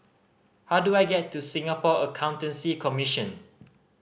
how do I get to Singapore Accountancy Commission